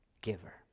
giver